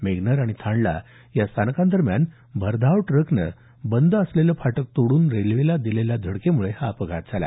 मेगनर आणि थांडला या स्थानकांदरम्यान भरधाव ट्रकनं बंद असलेलं फाटक तोडून रेल्वेला दिलेल्या धडकेमुळे हा अपघात झाला